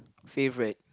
favorite